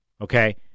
Okay